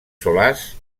solars